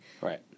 Right